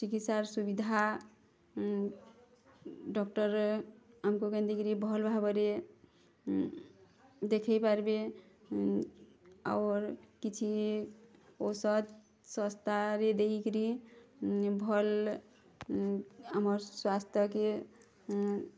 ଚିକିତ୍ସାର ସୁବିଧା ଡ଼କ୍ଟର୍ ଆମ୍କୁ କେମିତି ଭଲ୍ ଭାବରେ ଦେଖେଇ ପାରିବେ ଔର୍ କିଛି ଓଷଧ୍ ଶସ୍ତାରେ ଦେଇକିରି ଭଲ୍ ଆମର୍ ସ୍ୱାସ୍ଥ୍ୟକେ